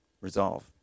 resolve